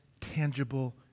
tangible